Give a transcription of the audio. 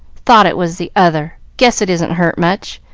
thought it was the other. guess it isn't hurt much.